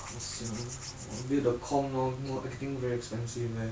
我 sian 了 build the com now now everything very expensive leh